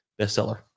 bestseller